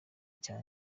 cya